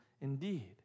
indeed